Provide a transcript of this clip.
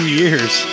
years